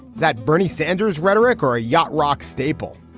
that bernie sanders rhetoric or a yacht rock staple?